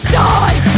die